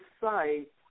site